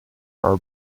are